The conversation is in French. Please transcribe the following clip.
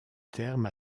terme